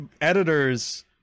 editors